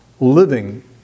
living